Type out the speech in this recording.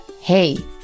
Hey